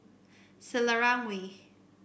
Selarang Way